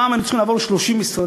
פעם היינו צריכים לעבור 30 משרדים,